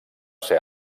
ser